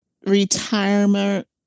retirement